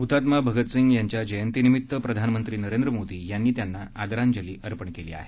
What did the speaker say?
हुतात्मा भगत सिंग यांच्या जयंतीनिमित्त प्रधानमंत्री नरेंद्र मोदी यांनी त्यांना आदरांजली अर्पण केली आहे